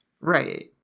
Right